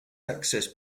access